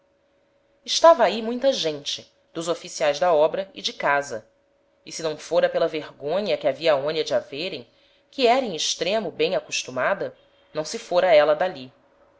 estava ahi muita gente dos oficiaes da obra e de casa e se não fôra pela vergonha que havia aonia de a verem que era em extremo bem acostumada não se fôra éla d'ali